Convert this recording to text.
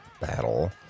battle